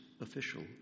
official